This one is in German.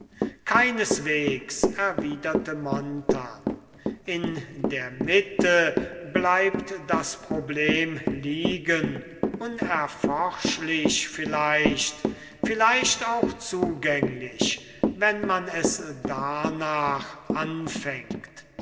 keineswegs erwiderte montan in der mitte bleibt das problem liegen unerforschlich vielleicht vielleicht auch zugänglich wenn man es darnach anfängt